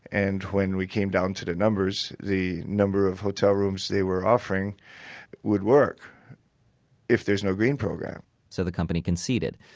and when we came down to the numbers, the number of hotel rooms they were offering would work if there's no green program so the company conceded.